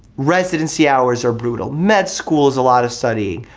residency hours are brutal. med school is a lot of studying.